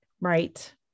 Right